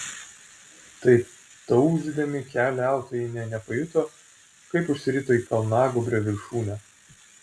taip tauzydami keliautojai nė nepajuto kaip užsirito į kalnagūbrio viršūnę